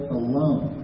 alone